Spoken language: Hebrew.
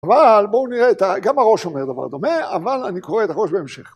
אבל בואו נראה, גם הראש אומר דבר דומה, אבל אני קורא את הראש בהמשך.